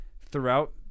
throughout